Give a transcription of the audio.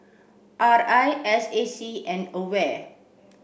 R I S A C and AWARE